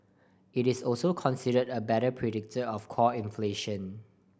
it is also considered a better predictor of core inflation